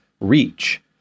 reach